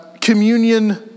communion